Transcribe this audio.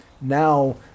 now